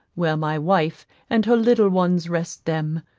where my wife and her little ones rest them,